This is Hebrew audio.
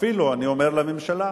אפילו, אני אומר לממשלה: